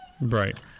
Right